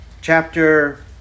Chapter